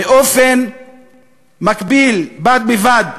בד בבד.